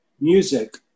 music